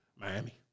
Miami